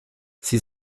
sie